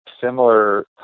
similar